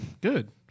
Good